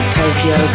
tokyo